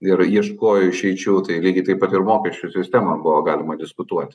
vyrai ieškojo išeičių tai lygiai taip pat ir mokesčių sistemą buvo galima diskutuoti